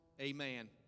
Amen